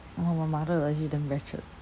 !wah! my mother legit damn ratchet